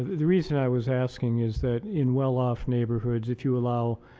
the reason i was asking is that in well-off neighborhoods if you allow,